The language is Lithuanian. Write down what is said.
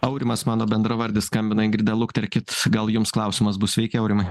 aurimas mano bendravardis skambina ingrida lukterkit gal jums klausimas bus sveiki aurimai